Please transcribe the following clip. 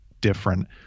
different